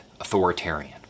authoritarian